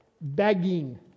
begging